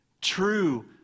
True